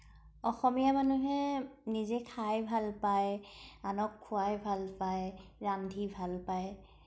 অসমীয়া মানুহে নিজে খাই ভাল পায় আনক খোৱাই ভাল পায় ৰান্ধি ভাল পায়